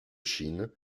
chine